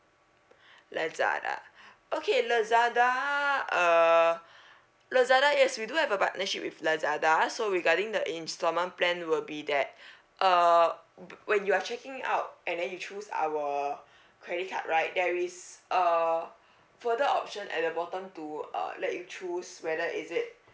lazada okay lazada uh lazada yes we do have a partnership with lazada so regarding the instalment plan will be that uh when you are checking out and then you choose our credit card right there is a uh further option at the bottom to uh let you choose whether is it